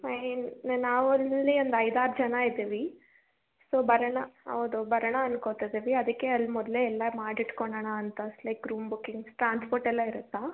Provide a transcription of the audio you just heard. fine ನಾವಲ್ಲಿ ಒಂದು ಐದಾರು ಜನ ಇದ್ದೀವಿ ಸೊ ಬರೋಣ ಹೌದು ಬರೋಣ ಅಂದ್ಕೊಳ್ತಿದ್ದೀವಿ ಅದಕ್ಕೆ ಅಲ್ಲಿ ಮೊದಲೇ ಎಲ್ಲ ಮಾಡಿಟ್ಕೊಳ್ಳೋಣ ಅಂತ ಲೈಕ್ ರೂಮ್ ಬುಕಿಂಗ್ ಟ್ರಾನ್ಸ್ಫೋರ್ಟ್ ಎಲ್ಲ ಇರುತ್ತಾ